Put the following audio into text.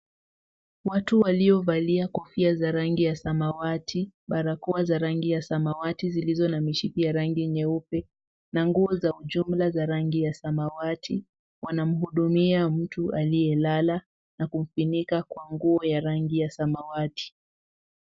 Watu walio valia kofia za rangi ya samawati, barakoa za rangi ya samawati zilizo na mishipi ya rangi nyeupe na nguo za ujumla za rangi ya samawati wanamhudumia mtu aliye lala na kumfunika kwa nguo ya rangi ya samawati.